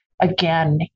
Again